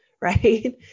right